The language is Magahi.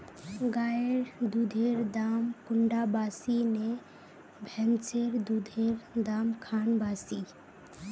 गायेर दुधेर दाम कुंडा बासी ने भैंसेर दुधेर र दाम खान बासी?